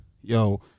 yo